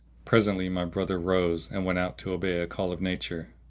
presently my brother rose and went out to obey a call of nature,